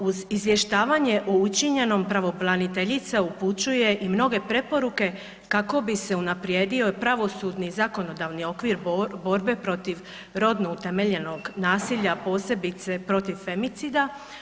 Uz izvještavanje o učinjenom pravobraniteljica upućuje i mnoge preporuke kako bi se unaprijedio i pravosudni zakonodavni okvir borbe protiv rodno utemeljenog nasilja, a posebice protiv femicida.